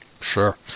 Sure